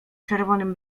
czerwonym